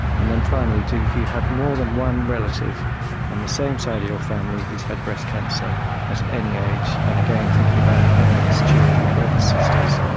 and then finally, do you have more than one relative on the same side of your family who has had breast cancer at any age? and again, thinking about parents, children, brothers, sisters,